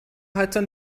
حتی